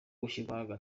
gushyirwaho